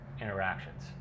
interactions